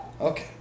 Okay